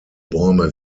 bäume